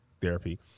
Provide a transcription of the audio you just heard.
therapy